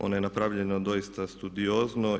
Ono je napravljeno doista studiozno.